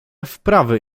wprawy